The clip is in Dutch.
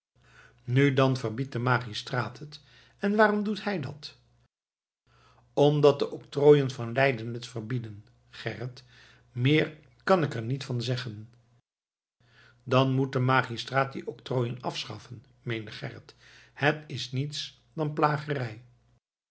nu dan verbiedt de magistraat het en waarom doet hij dat omdat de octrooien van leiden het verbieden gerrit meer kan ik er niet van zeggen dan moet de magistraat die octrooien afschaffen meende gerrit het is niets anders dan